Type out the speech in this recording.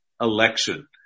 election